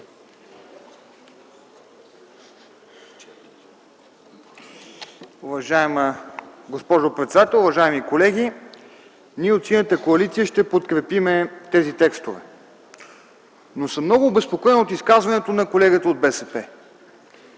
Уважаема госпожо председател, уважаеми колеги! Ние от Синята коалиция ще подкрепим тези текстове, но съм много обезпокоен от изказването на колегата от БСП.